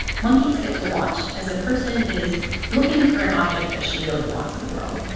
monkeys get to watch as a person is looking for an object that she really wants in the world.